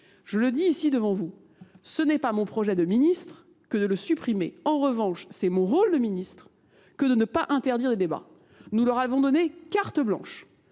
Je le dis ici devant vous, ce n'est pas mon projet de ministre que de le supprimer. En revanche, c'est mon rôle de ministre que de ne pas interdire les débats. Nous leur avons donné carte blanche.